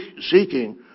seeking